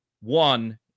one